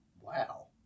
Wow